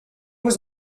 was